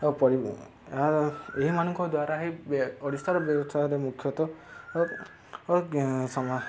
ଓ ପରି ଏହା ଏହିମାନଙ୍କ ଦ୍ୱାରା ହି ଓଡ଼ିଶାର ବ୍ୟବସାୟରେ ମୁଖ୍ୟତଃ ସମା